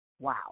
Wow